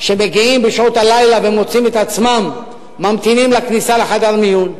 שמגיעים בשעות הלילה ומוצאים את עצמם ממתינים לכניסה לחדר מיון.